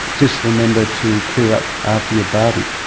just remember to clear up after your barbie